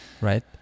Right